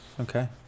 Okay